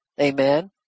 Amen